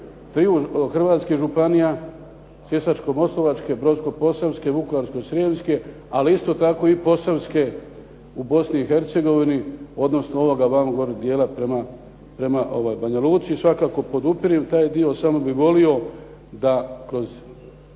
triju hrvatskih županija Sisačko-moslavačke, Brodsko-posavske, Vukovarsko-srijemske, ali isto tako i Posavske u Bosni i Hercegovini odnosno ovoga gore dijela prema Banja Luci. Svakako podupirem taj dio, samo bih volio da kroz